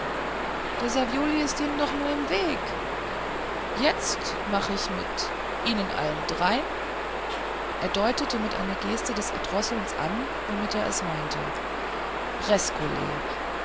der savioli is ihnen doch nur im weg jetzt mach ich mit ihnen allen dreien er deutete mit einer geste des erdrosselns an womit er es meinte